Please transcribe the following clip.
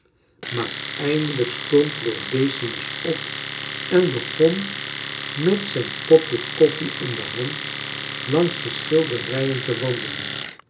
maar eindelijk stond lord decimus op en begon met zijn kopje koffie in de hand langs de schilderijen te wandelen